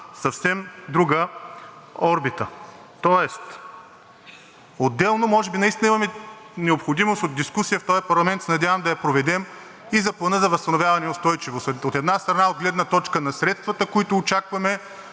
съвсем друга орбита. Отделно може би наистина имаме необходимост от дискусия в този парламент и се надявам да я проведем и за Плана за възстановяване и устойчивост. От една страна, от гледна точка на средствата, които очакваме,